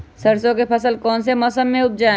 सरसों की फसल कौन से मौसम में उपजाए?